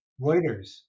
reuters